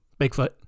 Bigfoot